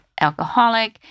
alcoholic